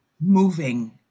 moving